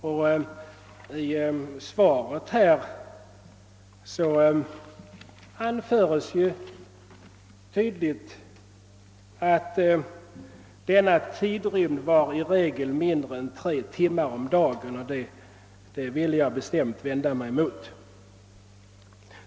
I statsrådets svar anföres tydligt att »denna tidrymd var i regel mindre än tre timmar om dagen». Detta vill jag alltså vända mig mot.